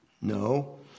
No